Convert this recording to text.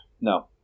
No